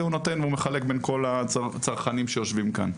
הוא מחלק בין כל הצרכנים שיושבים כאן.